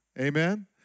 Amen